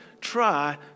try